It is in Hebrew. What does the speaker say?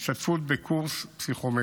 השתתפות בקורס פסיכומטרי,